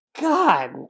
God